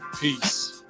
Peace